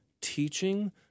teaching